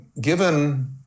given